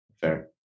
Fair